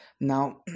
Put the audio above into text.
now